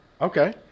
Okay